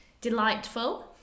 delightful